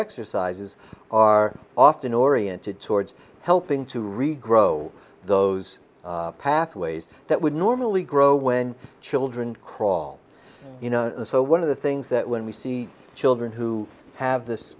exercises are often oriented towards helping to read grow those pathways that would normally grow when children crawl you know so one of the things that when we see children who have this